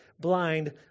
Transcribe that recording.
blind